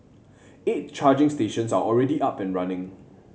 eight charging stations are already up and running